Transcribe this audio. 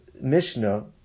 Mishnah